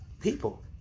People